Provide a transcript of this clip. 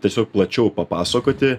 tiesiog plačiau papasakoti